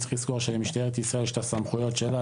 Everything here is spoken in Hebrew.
צריך לזכור שלמשטרת ישראל יש את הסמכויות שלה,